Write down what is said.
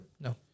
No